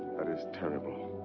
that is terrible.